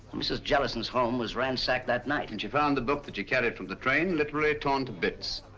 mrs. jellison's home was ransacked that night. and she found the book that she carried from the train literally torn to bits.